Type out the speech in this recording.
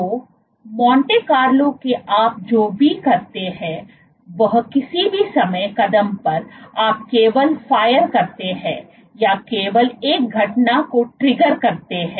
तो Monte Carlo में आप जो भी करते हैं वह किसी भी समय कदम पर आप केवल फायर करते हैं या केवल एक घटना को ट्रिगर करते हैं